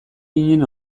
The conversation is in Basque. ginen